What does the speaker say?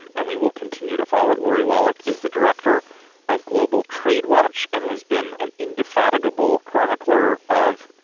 and and we will continue to follow it. lori wallach is the director of global trade watch and has been an indefatigable chronicler of,